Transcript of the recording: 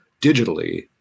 digitally